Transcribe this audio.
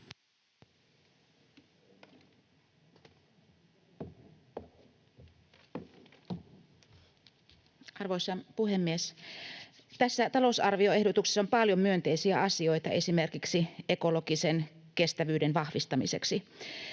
Arvoisa puhemies! Tässä talousarvioehdotuksessa on paljon myönteisiä asioita esimerkiksi ekologisen kestävyyden vahvistamiseksi,